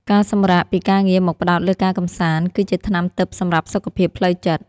ការសម្រាកពីការងារមកផ្ដោតលើការកម្សាន្តគឺជាថ្នាំទិព្វសម្រាប់សុខភាពផ្លូវចិត្ត។